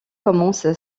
commence